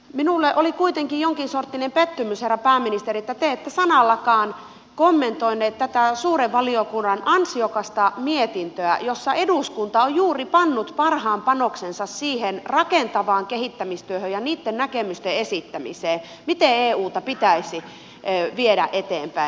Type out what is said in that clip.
minulle oli kuitenkin jonkinsorttinen pettymys herra pääministeri että te ette sanallakaan kommentoinut tätä suuren valiokunnan ansiokasta mietintöä jossa eduskunta on juuri pannut parhaan panoksensa siihen rakentavaan kehittämistyöhön ja niitten näkemysten esittämiseen miten euta pitäisi viedä eteenpäin